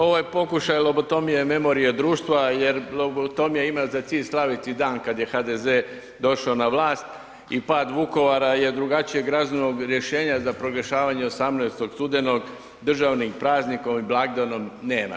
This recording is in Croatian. Ovo je pokušaj lobotomije memorije društva jer lobotomija ima za cilj slaviti dan kad je HDZ došao na vlast i pad Vukovara jer drugačijeg razumnog rješenja za proglašavanje 18. studenog državnim praznikom i blagdanom, nema.